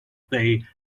they